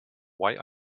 why